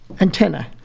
antenna